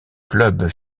clubs